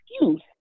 excuse